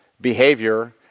Behavior